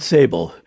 Sable